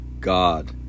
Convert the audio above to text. God